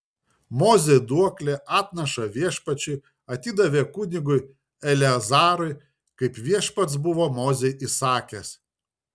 mozė duoklę atnašą viešpačiui atidavė kunigui eleazarui kaip viešpats buvo mozei įsakęs